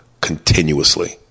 continuously